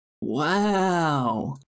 Wow